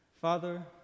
Father